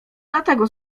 dlatego